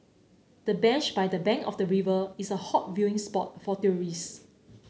the bench by the bank of the river is a hot viewing spot for tourists